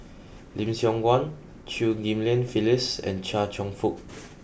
Lim Siong Guan Chew Ghim Lian Phyllis and Chia Cheong Fook